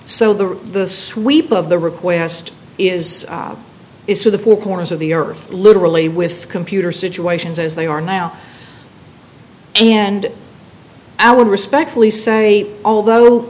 so that the sweep of the request is is to the four corners of the earth literally with computer situations as they are now and i would respectfully say although